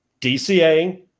dca